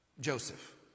Joseph